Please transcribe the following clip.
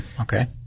Okay